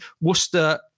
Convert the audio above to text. Worcester